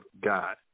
God